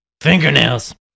fingernails